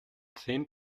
zehn